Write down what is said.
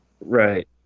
right